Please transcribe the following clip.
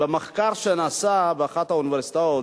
מצוטט מחקר שנעשה באחת האוניברסיטאות,